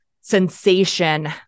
sensation